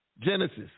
Genesis